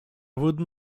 wooden